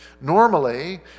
Normally